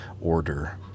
order